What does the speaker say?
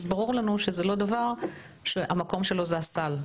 אז ברור לנו שזה לא דבר שהמקום שלו זה הסל.